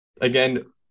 again